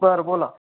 बर बोला